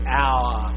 hour